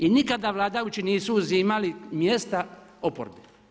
I nikada vladajući nisu uzimali mjesta oporbi.